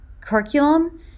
curriculum